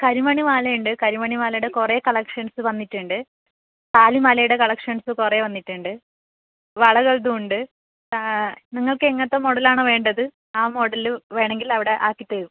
കരിമണി മാലയുണ്ട് കരിമണിമാലേടെ കുറെ കളക്ഷൻസ് വന്നിട്ടുണ്ട് താലി മാലേടെ കളക്ഷൻസ് കുറെ വന്നിട്ടുണ്ട് വളകൾതും ഉണ്ട് നിങ്ങൾക്കെങ്ങനത്തെ മോഡലാണ് വേണ്ടത് ആ മോഡൽ വേണമെങ്കിലവിടെ ആക്കിത്തരും